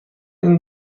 این